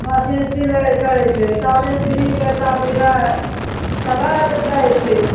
machine सिलाइ करय छै ताबे चुनरीके एकटा दै छै